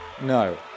no